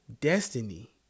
destiny